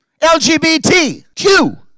LGBTQ